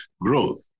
growth